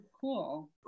cool